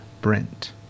Brent